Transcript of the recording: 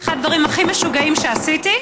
אחד הדברים הכי משוגעים שעשיתי,